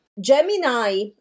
Gemini